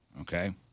Okay